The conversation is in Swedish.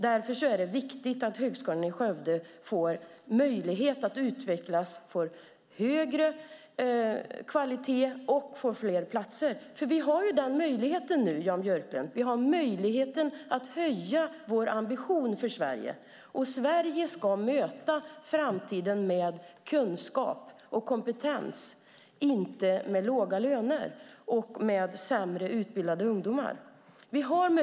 Därför är det viktigt att Högskolan i Skövde får möjlighet att utvecklas, får högre kvalitet och fler platser. Vi har ju nu, Jan Björklund, möjlighet att höja vår ambition för Sverige. Sverige ska möta framtiden med kunskap och kompetens - inte med låga löner och sämre utbildade ungdomar.